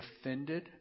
offended